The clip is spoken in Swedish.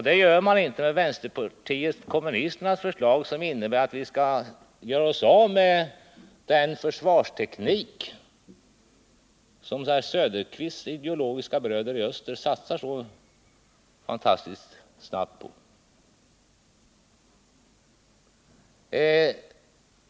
Det gör man inte med vänsterpartiet kommunisternas förslag, som innebär att vi skall göra oss av med den försvarsteknik som herr Söderqvists ideologiska bröder i öster satsar så fantastiskt på.